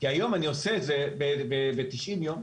כעת אני עושה את זה ב-90 ימים.